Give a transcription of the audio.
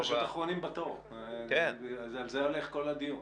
הם פשוט אחרונים בתור, על זה הולך כל הדיון.